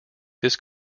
this